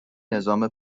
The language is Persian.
نظام